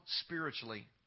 spiritually –